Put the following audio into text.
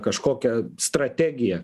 kažkokią strategiją